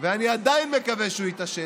ואני עדיין מקווה שהוא יתעשת,